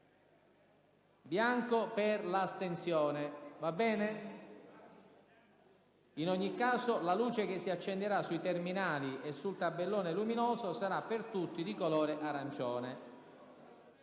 premendo il tasto bianco. In ogni caso, la luce che si accenderà sui terminali e sul tabellone luminoso sarà per tutti di colore arancione.